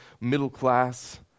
middle-class